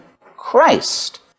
Christ